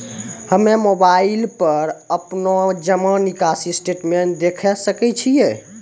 हम्मय मोबाइल पर अपनो जमा निकासी स्टेटमेंट देखय सकय छियै?